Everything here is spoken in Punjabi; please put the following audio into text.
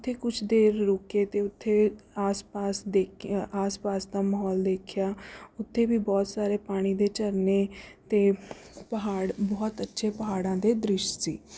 ਉੱਥੇ ਕੁਝ ਦੇਰ ਰੁਕੇ ਅਤੇ ਉੱਥੇ ਆਸ ਪਾਸ ਦੇਖਿਆ ਆਸ ਪਾਸ ਦਾ ਮਾਹੌਲ ਦੇਖਿਆ ਉੱਥੇ ਵੀ ਬਹੁਤ ਸਾਰੇ ਪਾਣੀ ਦੇ ਝਰਨੇ ਅਤੇ ਪਹਾੜ ਬਹੁਤ ਅੱਛੇ ਪਹਾੜਾਂ ਦੇ ਦ੍ਰਿਸ਼ ਸੀ